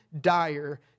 dire